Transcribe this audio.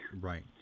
Right